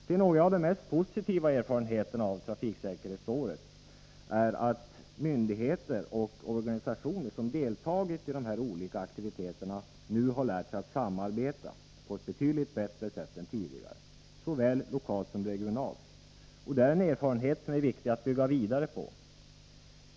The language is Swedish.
Till de mest positiva erfarenheterna av trafiksäkerhetsåret hör att myndigheter och organisationer som deltagit i de olika aktiviteterna nu har lärt sig att samarbeta på ett betydligt bättre sätt än tidigare, såväl lokalt som regionalt. Det är en erfarenhet som är viktig att bygga vidare på.